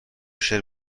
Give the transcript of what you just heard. شعر